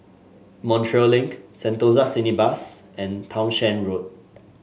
Montreal Link Sentosa Cineblast and Townshend Road